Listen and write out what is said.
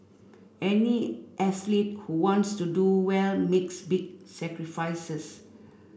any athlete who wants to do well makes big sacrifices